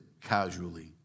casually